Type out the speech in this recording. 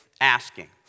asking